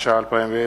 התש"ע 2010,